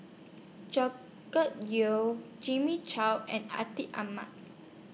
Yeo Jimmy Chok and Atin Amat